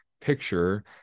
picture